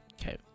Okay